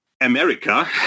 America